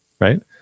right